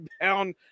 down